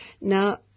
Now